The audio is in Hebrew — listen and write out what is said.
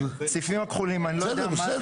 אני חושב שזה